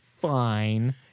fine